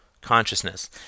consciousness